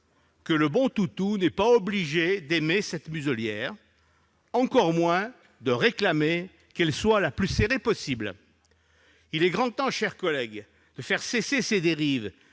que le bon toutou n'est pas obligé d'aimer cette muselière, encore moins de réclamer qu'elle soit la plus serrée possible. Il est grand temps, mes chers collègues, de faire cesser ces dérives,